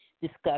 discuss